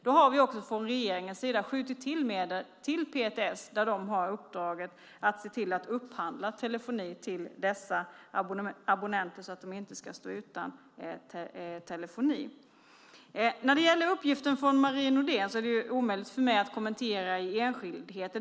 Då har vi från regeringens sida skjutit till medel till PTS, som har uppdraget att se till att upphandla telefoni till dessa abonnenter så att de inte ska stå utan telefoni. När det gäller uppgiften från Marie Nordén är det omöjligt för mig att kommentera enskildheter.